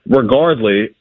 regardless